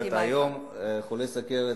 היום חולי סוכרת,